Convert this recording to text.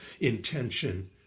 intention